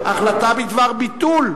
החלטה בדבר ביטול.